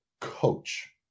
coach